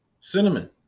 cinnamon